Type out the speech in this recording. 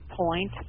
point